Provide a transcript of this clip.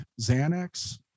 Xanax